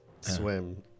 swim